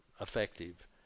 effective